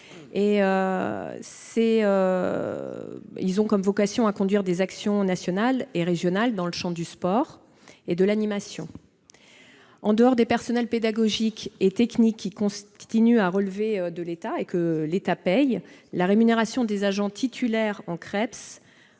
ont pour vocation de conduire des actions nationales et régionales dans le champ du sport et de l'animation. En dehors des personnels pédagogiques et techniques qui continuent à relever de l'État et d'être payés par lui, les agents titulaires des CREPS